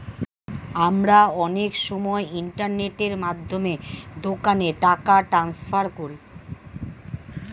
আমরা অনেক সময় ইন্টারনেটের মাধ্যমে দোকানে টাকা ট্রান্সফার করি